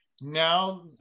Now